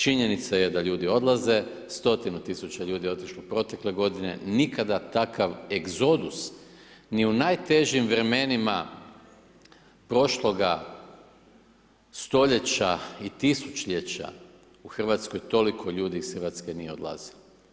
Činjenica je da ljudi odlaze, stotinu tisuća ljudi je otišlo protekle g. nikada takav egzodus, ni u najtežim vremenima, prošloga stoljeća i tisućljeća u Hrvatskoj, toliko ljudi iz Hrvatske nije odlazilo.